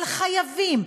אבל חייבים,